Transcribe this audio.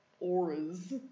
auras